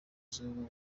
zabo